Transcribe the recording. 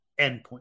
endpoint